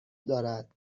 دارد